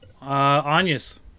Anya's